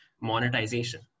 monetization